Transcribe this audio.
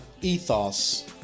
ethos